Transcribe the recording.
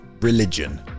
Religion